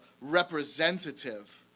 representative